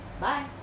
bye